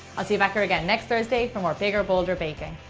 i'll see you back here again next thursday for more bigger bolder baking.